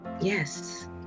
Yes